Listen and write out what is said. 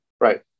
Right